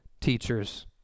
teachers